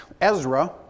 Ezra